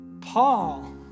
Paul